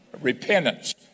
Repentance